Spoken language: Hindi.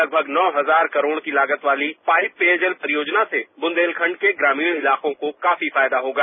लगभग नौ हजार करोड़ की लागत वाली पाइप पेयजल परियोजना से बुंदेलखंड के ग्रामीण इलाकों को काफी फायदा होगा